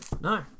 No